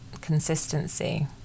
consistency